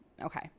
Okay